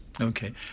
Okay